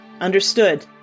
Understood